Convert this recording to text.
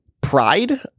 pride